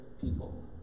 people